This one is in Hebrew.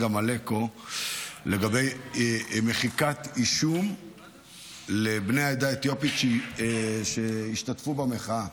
מלקו לגבי מחיקת אישום לבני העדה האתיופית שהשתתפו במחאה.